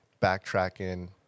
backtracking